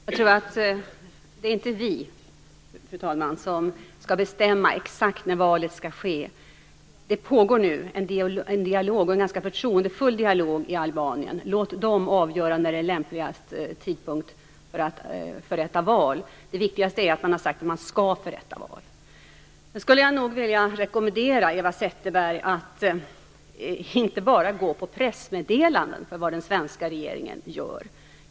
Fru talman! Det är inte vi som skall bestämma exakt när valet skall ske. Det pågår nu en dialog, och en ganska förtroendefull sådan, i Albanien. Låt dem avgöra när det är lämpligast tidpunkt för att förrätta val. Det viktigaste är att man har sagt att man skall förrätta val. Sedan skulle jag nog vilja rekommendera Eva Zetterberg att inte bara gå efter pressmeddelanden när det gäller vad den svenska regeringen gör.